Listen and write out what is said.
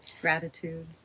Gratitude